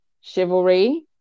chivalry